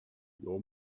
your